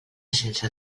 sense